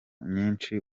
nyinshi